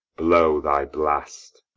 blow thy blast.